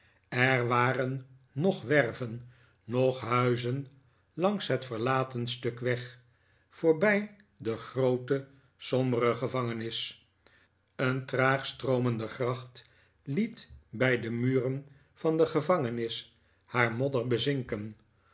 er waren noch werven noch huizen langs het verlaten stuk weg voorbij de groote sombere gevangenis een traag stroomende gracht liet bij de muren van de gevangenis haar modder bezinken